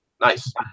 Nice